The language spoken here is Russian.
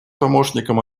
помощником